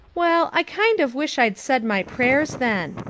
well, i kind of wish i'd said my prayers then,